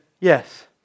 yes